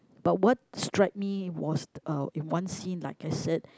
but what strike me was uh in one scene like I said